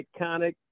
iconic